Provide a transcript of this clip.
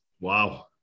Wow